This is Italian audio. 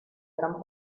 gran